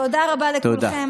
תודה רבה לכולכם.